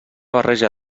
barreja